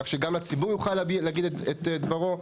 כך שגם הציבור יוכל להגיד את דברו.